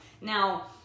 Now